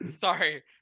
sorry